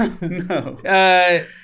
No